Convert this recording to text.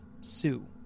Sue